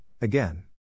again